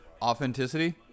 authenticity